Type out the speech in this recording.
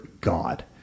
God